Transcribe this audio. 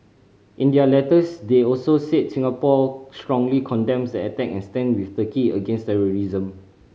in their letters they also said Singapore strongly condemns the attack and stands with Turkey against terrorism